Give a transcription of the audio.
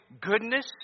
goodness